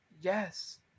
Yes